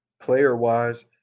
player-wise